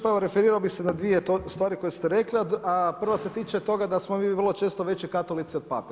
Pa evo, referirao bi se na 2 stvari koje ste rekli, a prva se tiče toga, da smo mi vrlo često veći katolici od pape.